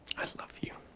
i love you.